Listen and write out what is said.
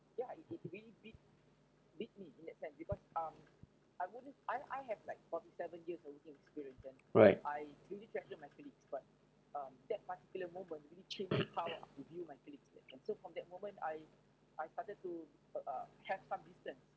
right